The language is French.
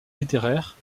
littéraire